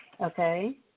Okay